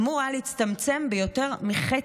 אמור להצטמצם ביותר מחצי,